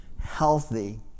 healthy